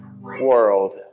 world